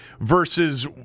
Versus